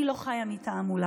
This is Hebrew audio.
אני לא חיה מתעמולה,